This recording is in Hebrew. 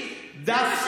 למה אתה משקר?